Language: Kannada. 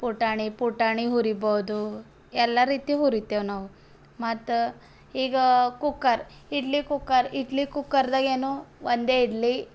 ಪುಟಾಣಿ ಪುಟಾಣಿ ಹುರಿಬೋದು ಎಲ್ಲ ರೀತಿ ಹುರಿತೇವೆ ನಾವು ಮತ್ತು ಈಗ ಕುಕ್ಕರ್ ಇಡ್ಲಿ ಕುಕ್ಕರ್ ಇಡ್ಲಿ ಕುಕ್ಕರ್ದಾಗೇನು ಒಂದೇ ಇಡ್ಲಿ